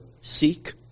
seek